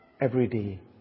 everyday